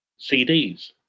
CDs